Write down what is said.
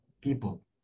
people